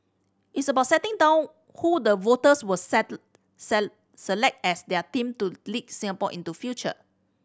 it's about setting down who the voters will select as their team to lead Singapore into future